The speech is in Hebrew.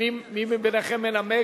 אדוני היושב-ראש,